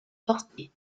portés